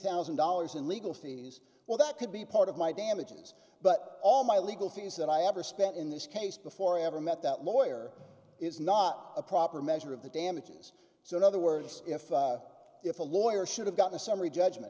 thousand dollars in legal fees well that could be part of my damages but all my legal fees that i ever spent in this case before i ever met that lawyer is not a proper measure of the damages so in other words if if a lawyer should have gotten a summary judgment